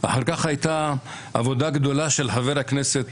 אחר כך הייתה עבודה גדולה של חבר הכנסת